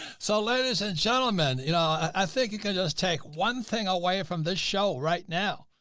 so ladies and gentlemen, you know, i think it could just take one thing away from this show right now.